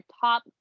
top